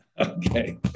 Okay